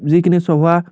যিখিনি চহোৱা